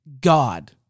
God